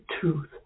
truth